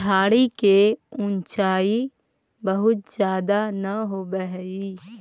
झाड़ि के ऊँचाई बहुत ज्यादा न होवऽ हई